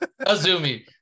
Azumi